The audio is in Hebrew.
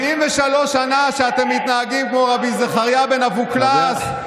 73 שנה שאתם מתנהגים כמו רבי זכריה בן אבקולס,